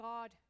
God